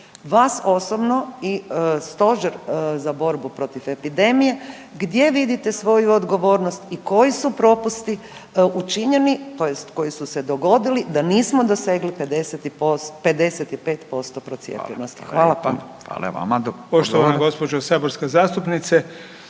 Vas osobno i stožer za borbu protiv epidemije gdje vidite svoju odgovornost i koji su propusti učinjeni tj. koji su se dogodili da nismo dosegli 55% procijepljenosti? Hvala puno. **Radin, Furio (Nezavisni)**